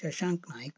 Shashank Naik